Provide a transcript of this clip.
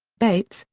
bates,